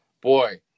Boy